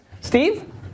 Steve